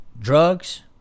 drugs